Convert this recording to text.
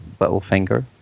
Littlefinger